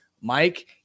Mike